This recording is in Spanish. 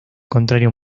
contrario